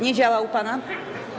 Nie działa u pana?